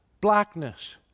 blackness